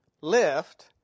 Lift